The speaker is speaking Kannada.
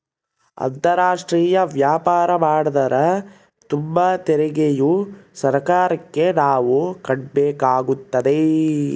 ಅಂತಾರಾಷ್ಟ್ರೀಯ ವ್ಯಾಪಾರ ಮಾಡ್ತದರ ತುಂಬ ತೆರಿಗೆಯು ಸರ್ಕಾರಕ್ಕೆ ನಾವು ಕಟ್ಟಬೇಕಾಗುತ್ತದೆ